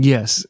Yes